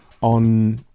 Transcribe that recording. on